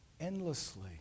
endlessly